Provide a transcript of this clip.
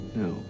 no